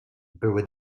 były